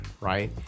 Right